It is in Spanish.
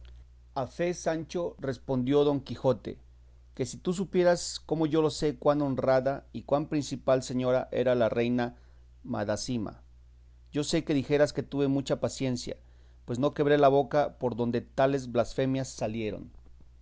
fe sancho respondió don quijote que si tú supieras como yo lo sé cuán honrada y cuán principal señora era la reina madásima yo sé que dijeras que tuve mucha paciencia pues no quebré la boca por donde tales blasfemias salieron